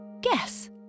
Guess